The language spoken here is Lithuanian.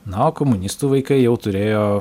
na o komunistų vaikai jau turėjo